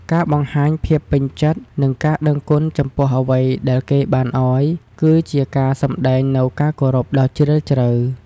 ការបង្ហាញភាពពេញចិត្ត និងការដឹងគុណចំពោះអ្វីដែលគេបានឲ្យ គឺជាការសម្តែងនូវការគោរពដ៏ជ្រាលជ្រៅ។